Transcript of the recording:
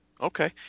Okay